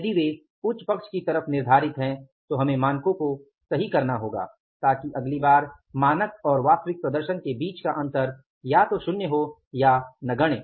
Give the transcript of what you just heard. यदि वे उच्च पक्ष की तरफ निर्धारित हैं तो हम मानकों को सही करेंगे ताकि अगली बार मानक और वास्तविक प्रदर्शन के बीच का अंतर या तो शुन्य हो या नगण्य